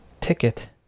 ticket